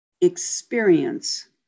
experience